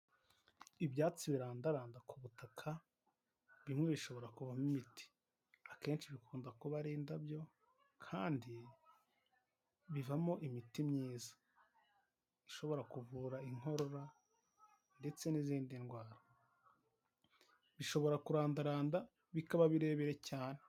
Ibyatsi birandaranda ku butaka bimwe bishobora kuvamo imiti akenshi bikunda kuba ari indabyo kandi bivamo imiti myiza ishobora kuvura inkorora ndetse n'izindi ndwara bishobora kurandaranda bikaba birebire cyane.